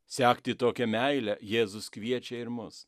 sekti tokią meilę jėzus kviečia ir mus